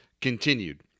continued